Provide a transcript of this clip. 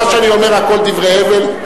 כל מה שאני אומר דברי הבל,